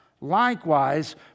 likewise